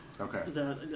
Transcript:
Okay